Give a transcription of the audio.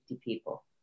people